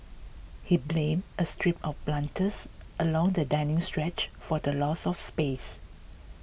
he blamed a strip of planters along the dining stretch for the loss of space